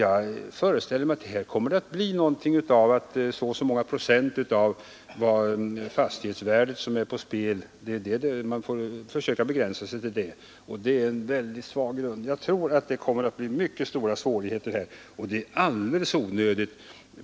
Jag föreställer mig att man kommer att få begränsa sig till en procentberäkning av hur stor del av fastighetsvärdet som står på spel och det är en mycket svag grund. Detta kommer troligen att skapa mycket stora svårigheter alldeles i onödan.